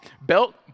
Belt